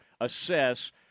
assess